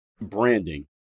branding